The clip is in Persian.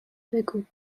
بگو